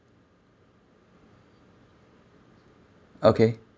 okay